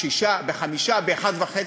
ב-6%, ב-5%, ב-1.5%,